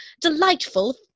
delightful